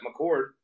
McCord